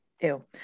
ew